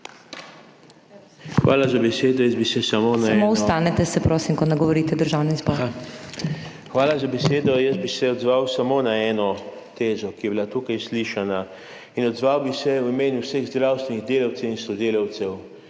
Hvala za besedo. Jaz bi se odzval samo na eno tezo, ki je bila tukaj slišana. Odzval bi se v imenu vseh zdravstvenih delavcev in sodelavcev,